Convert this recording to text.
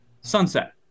Sunset